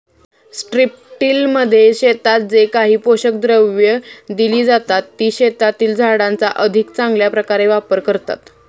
स्ट्रिपटिलमध्ये शेतात जे काही पोषक द्रव्ये दिली जातात, ती शेतातील झाडांचा अधिक चांगल्या प्रकारे वापर करतात